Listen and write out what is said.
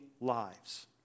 lives